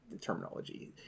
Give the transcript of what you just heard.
terminology